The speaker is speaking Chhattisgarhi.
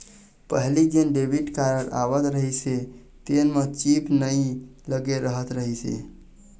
पहिली जेन डेबिट कारड आवत रहिस हे तेन म चिप नइ लगे रहत रहिस हे